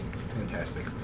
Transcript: Fantastic